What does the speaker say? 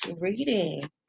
reading